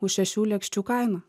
už šešių lėkščių kainą